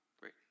Great